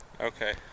Okay